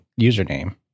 username